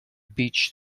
beach